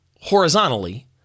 horizontally